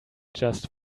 just